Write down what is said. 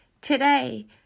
Today